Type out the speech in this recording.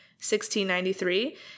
1693